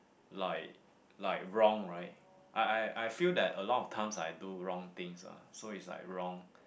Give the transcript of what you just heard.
like like wrong right I I I feel that a lot of times I do wrong things ah so is like wrong